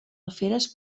alferes